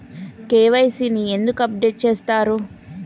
KYC ని ఎందుకు update చేత్తరు?